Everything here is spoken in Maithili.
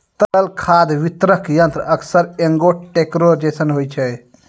तरल खाद वितरक यंत्र अक्सर एगो टेंकरो जैसनो होय छै